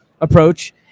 approach